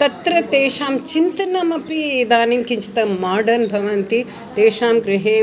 तत्र तेषां चिन्तनमपि इदानीं किञ्चित् माडन् भवति तेषां गृहे